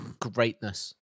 greatness